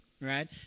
right